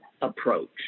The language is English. approach